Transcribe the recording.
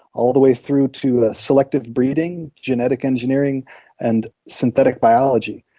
all the way through to selective breeding, genetic engineering and synthetic biology.